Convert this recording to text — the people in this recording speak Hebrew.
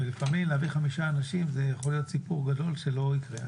לפעמים להביא חמישה אנשים זה יכול להיות סיפור גדול שלא יקרה.